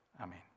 Amen